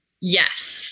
Yes